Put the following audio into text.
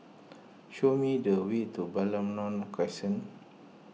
show me the way to Balmoral Crescent